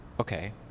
okay